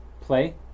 play